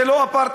זה לא אפרטהייד,